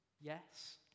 yes